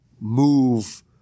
move